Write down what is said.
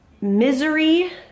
misery